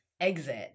exit